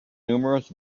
numerous